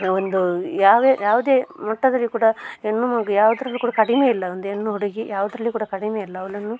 ಒಂದು ಯಾವುದೇ ಯಾವುದೇ ಮಟ್ಟದಲ್ಲಿಯು ಕೂಡ ಹೆಣ್ಣು ಮಗು ಯಾವುದ್ರಲ್ಲೂ ಕೂಡ ಕಡಿಮೆ ಇಲ್ಲ ಒಂದು ಹೆಣ್ಣು ಹುಡುಗಿ ಯಾವುದರಲ್ಲೂ ಕೂಡ ಕಡಿಮೆ ಇಲ್ಲ ಅವಳನ್ನು